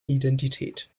identität